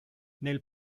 nel